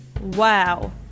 wow